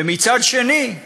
ומצד שני,